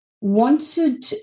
wanted